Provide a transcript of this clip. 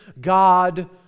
god